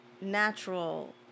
natural